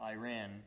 Iran